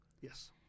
Yes